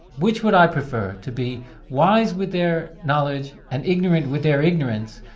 which would i prefer? to be wise with their knowledge, and ignorant with their ignorance,